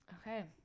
okay